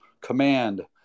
command